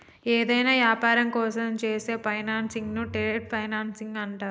యేదైనా యాపారం కోసం చేసే ఫైనాన్సింగ్ను ట్రేడ్ ఫైనాన్స్ అంటరు